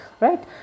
right